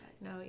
No